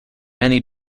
many